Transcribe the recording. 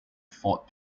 fort